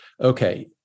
okay